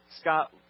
Scott